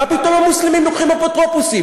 מה פתאום המוסלמים לוקחים אפוטרופסות?